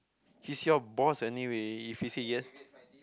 he's your boss anyway if he say yes